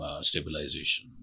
stabilization